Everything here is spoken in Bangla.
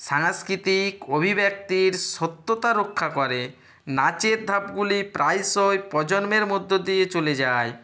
সাংস্কৃতিক অভিব্যক্তির সত্যতা রক্ষা করে নাচের ধাপগুলি প্রায়শই প্রজন্মের মধ্য দিয়ে চলে যায়